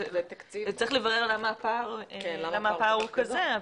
צריך לברר למה הפער הוא כזה,